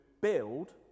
build